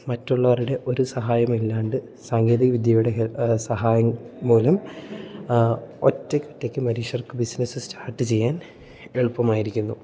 മറ്റുള്ളവരുടെ ഒരു സഹായമില്ലാണ്ട് സാങ്കേതിക വിദ്യയുടെ ഹെൽ സഹായം മൂലം ഒറ്റയ്ക്ക് ഒറ്റയ്ക്കു മനുഷ്യർക്ക് ബിസിനസ്സ് സ്റ്റാർട്ട് ചെയ്യാൻ എളുപ്പമായിരിക്കുന്നു